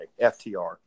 FTR